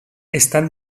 estan